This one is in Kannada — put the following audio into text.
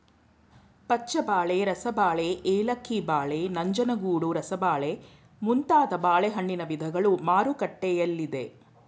ಪಚ್ಚಬಾಳೆ, ರಸಬಾಳೆ, ಏಲಕ್ಕಿ ಬಾಳೆ, ನಂಜನಗೂಡು ರಸಬಾಳೆ ಮುಂತಾದ ಬಾಳೆಹಣ್ಣಿನ ವಿಧಗಳು ಮಾರುಕಟ್ಟೆಯಲ್ಲಿದೆ